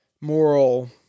moral